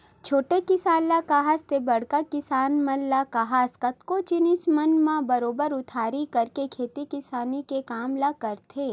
छोटे किसान ल काहस ते बड़का किसान मन ल काहस कतको जिनिस मन म बरोबर उधारी करके खेती किसानी के काम ल करथे